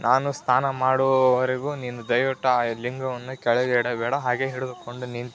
ನಾನು ಸ್ನಾನ ಮಾಡುವವರೆಗೂ ನೀನು ದಯವಿಟ್ಟು ಆ ಲಿಂಗವನ್ನು ಕೆಳಗೆ ಇಡಬೇಡ ಹಾಗೆ ಹಿಡಿದುಕೊಂಡು ನಿಂತ